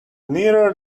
nearer